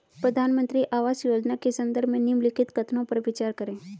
प्रधानमंत्री आवास योजना के संदर्भ में निम्नलिखित कथनों पर विचार करें?